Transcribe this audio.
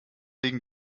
liegen